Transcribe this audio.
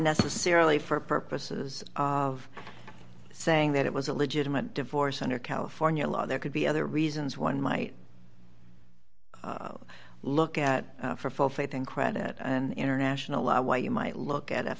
necessarily for purposes of saying that it was a legitimate divorce under california law there could be other reasons one might look at for full faith and credit and international law you might look at a